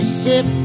ship